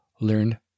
learn